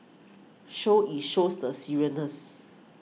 show it shows the seriousness